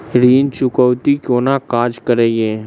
ऋण चुकौती कोना काज करे ये?